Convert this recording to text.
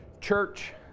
church